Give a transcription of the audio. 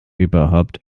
überhaupt